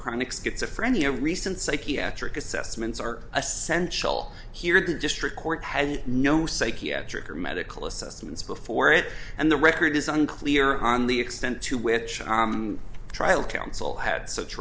chronic schizophrenia recent psychiatric assessments are essential here the district court has no psychiatric or medical assessments before it and the record is a clear on the extent to which trial counsel had such